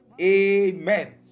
Amen